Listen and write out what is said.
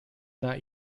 not